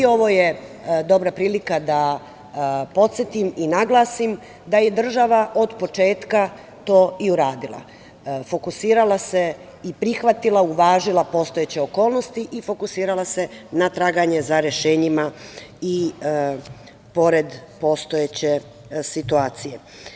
Ovo je dobra prilika da podsetim i naglasim da je država od početka to i uradila - fokusirala se i prihvatila i uvažila postojeće okolnosti i fokusirala se na traganje za rešenjima i pored postojeće situacije.